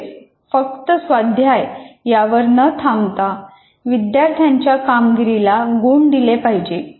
तसेच फक्त स्वाध्याय यावर न थांबता विद्यार्थ्यांच्या कामगिरीला गुण दिले पाहिजेत